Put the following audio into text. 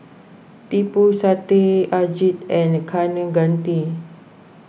Tipu Satyajit and Kaneganti